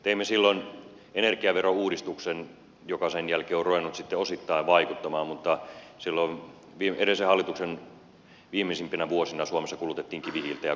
teimme silloin energiaverouudistuksen joka sen jälkeen on ruvennut sitten osittain vaikuttamaan mutta silloin edellisen hallituksen viimeisimpinä vuosina suomessa kulutettiin kivihiiltä ja kovaa